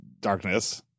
darkness